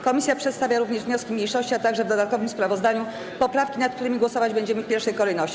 Komisja przedstawia również wnioski mniejszości, a także, w dodatkowym sprawozdaniu, poprawki, nad którymi głosować będziemy w pierwszej kolejności.